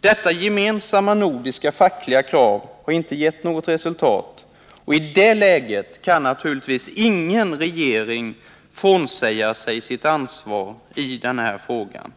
Detta gemensamma nordiska fackliga krav har inte gett något resultat. I det läget kan naturligtvis ingen nordisk regering frånsäga sig sitt ansvar i den här frågan.